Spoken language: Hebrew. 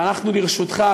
ואנחנו לרשותך,